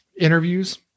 interviews